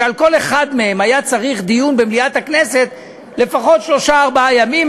שעל כל אחד מהם היה צריך דיון במליאת הכנסת לפחות שלושה-ארבעה ימים,